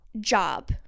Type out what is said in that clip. job